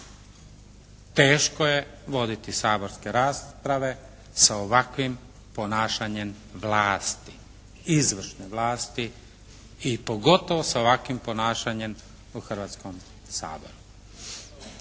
Teško je voditi saborske rasprave sa ovakvim ponašanjem vlasti, izvršne vlasti. I pogotovo sa ovakvim ponašanjem u Hrvatskom saboru.